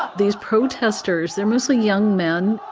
these protesters, they're mostly young men.